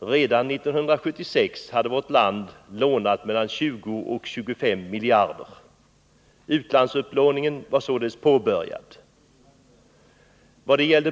Redan 1976 hade vårt land lånat mellan 20 och 25 miljarder. Utlandsupplåningen var således påbörjad.